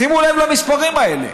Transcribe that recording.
שימו לב למספרים האלה.